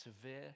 severe